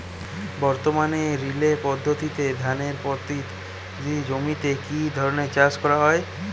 বর্তমানে রিলে পদ্ধতিতে ধানের পতিত জমিতে কী ধরনের চাষ করা হয়?